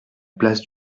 place